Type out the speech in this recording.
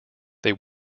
they